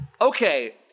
okay